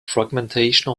fragmentation